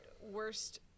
worst